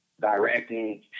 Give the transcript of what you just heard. directing